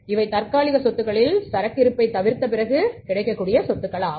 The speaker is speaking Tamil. இவை தற்காலிக சொத்துக்களில் சரக்கு இருப்பை தவிர்த்த பிறகு கிடைக்கக்கூடிய சொத்துக்கள் ஆகும்